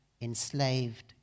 enslaved